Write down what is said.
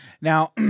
Now